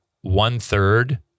one-third